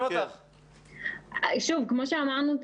כמו שאמרנו,